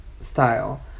style